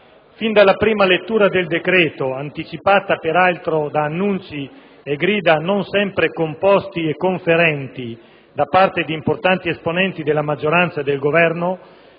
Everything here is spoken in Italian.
Fin dalla prima lettura del decreto-legge, anticipata peraltro da annunci e grida non sempre composti e conferenti da parte di importanti esponenti della maggioranza e del Governo,